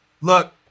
Look